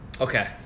Okay